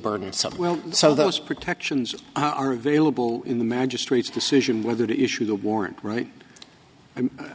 burdensome so those protections are available in the magistrate's decision whether to issue the warrant right